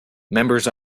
members